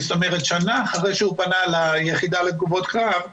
זאת אומרת שנה אחרי שהוא פנה ליחידה לתגובות קרב,